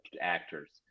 actors